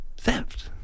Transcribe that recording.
Theft